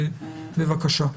בבקשה.